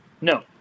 no